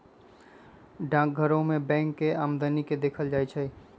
डाकघरो में बैंक के आदमी के देखल जाई छई